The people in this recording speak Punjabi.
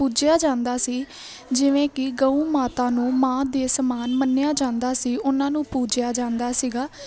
ਪੂਜਿਆ ਜਾਂਦਾ ਸੀ ਜਿਵੇਂ ਕਿ ਗਊ ਮਾਤਾ ਨੂੰ ਮਾਂ ਦੇ ਸਮਾਨ ਮੰਨਿਆ ਜਾਂਦਾ ਸੀ ਉਹਨਾਂ ਨੂੰ ਪੂਜਿਆ ਜਾਂਦਾ ਸੀਗਾ